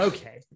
Okay